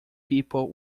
people